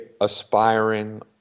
aspiring